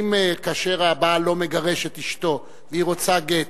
האם כאשר הבעל לא מגרש את אשתו והיא רוצה גט,